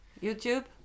?YouTube